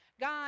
God